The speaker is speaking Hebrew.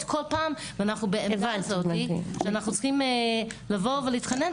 כל פעם ואנחנו צריכים לבוא ולהתחנן,